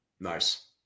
Nice